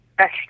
Okay